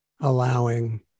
allowing